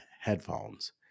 headphones